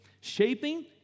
shaping